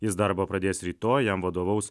jis darbą pradės rytoj jam vadovaus